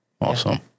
Awesome